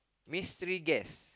mystery guest